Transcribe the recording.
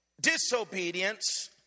disobedience